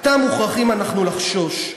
"עתה מוכרחים אנחנו לחשוש,